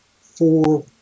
four